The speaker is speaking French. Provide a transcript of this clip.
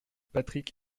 patrick